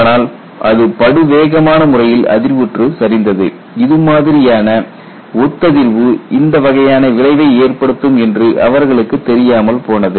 ஆனால் அது படு வேகமான முறையில் அதிர்வுற்று சரிந்தது இது மாதிரியான ஒத்ததிர்வு இந்த வகையான விளைவை ஏற்படுத்தும் என்று அவர்களுக்கு அப்போது தெரியாமல் போனது